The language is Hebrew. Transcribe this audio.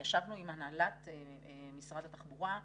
ישבנו עם הנהלת משרד התחבורה,